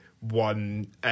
one